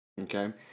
Okay